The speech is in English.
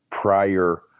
prior